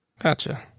Gotcha